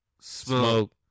smoke